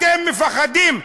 אתם מפחדים,